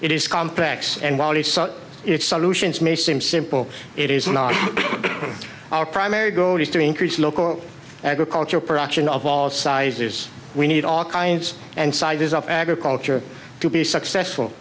it is complex and while it's solutions may seem simple it is not our primary goal is to increase local agricultural production of all sizes we need all kinds and sizes of agriculture to be successful